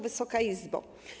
Wysoka Izbo!